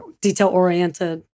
detail-oriented